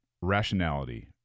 rationality